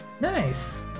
Nice